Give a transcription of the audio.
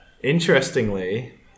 interestingly